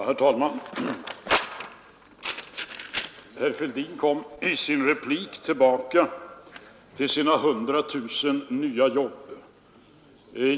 Herr talman! Herr Fälldin kom i sin replik tillbaka till sina 100 000 nya jobb.